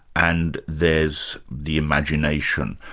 and there's the imagination.